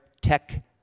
tech